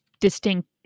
distinct